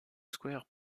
square